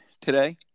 today